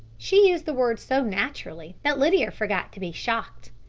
she used the word so naturally that lydia forgot to be shocked.